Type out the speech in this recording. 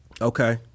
Okay